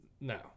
no